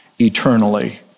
eternally